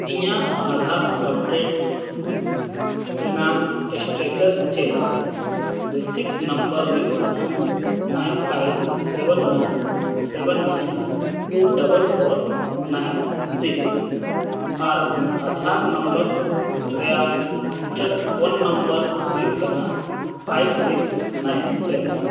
ᱤᱧᱟᱹᱜ ᱟᱫᱷᱟᱨ ᱟᱯᱰᱮᱴ ᱨᱮᱱᱟᱝ ᱥᱴᱮᱴᱟᱥ ᱪᱮᱫ ᱨᱮᱥᱤᱵᱷ ᱱᱟᱢᱵᱟᱨ ᱦᱩᱭᱩᱜ ᱠᱟᱱᱟ nine five seven one seven nine two double four nine six ᱟᱨ ᱟᱫᱷᱟᱨ ᱱᱟᱢᱵᱟᱨ ᱨᱮᱭᱟᱜ ᱢᱩᱪᱟᱹᱫ ᱯᱩᱱ ᱱᱟᱢᱵᱟᱨ ᱦᱩᱭᱩᱜ ᱠᱟᱱᱟ ᱯᱷᱟᱭᱤᱵᱷ ᱥᱤᱠᱥ ᱱᱟᱭᱤᱱ ᱥᱮᱵᱷᱮᱱ